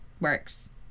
works